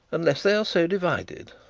unless they are so divided